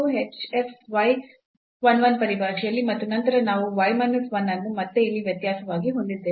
ಈ ವ್ಯತ್ಯಾಸವು h f y 1 1 ಪರಿಭಾಷೆಯಲ್ಲಿ ಮತ್ತು ನಂತರ ನಾವು y minus 1 ಅನ್ನು ಮತ್ತೆ ಇಲ್ಲಿ ವ್ಯತ್ಯಾಸವಾಗಿ ಹೊಂದಿದ್ದೇವೆ